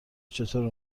چطور